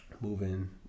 moving